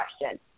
question